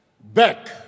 back